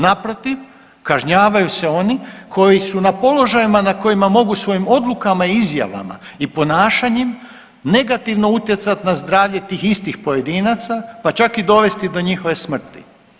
Naprotiv, kažnjavaju se oni koji su na položajima na kojima mogu svojim odlukama i izjavama i ponašanjem negativno utjecati na zdravlje tih istih pojedinaca, pa čak i dovesti do njihove smrti.